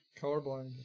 Colorblind